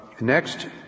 Next